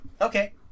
okay